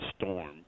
storm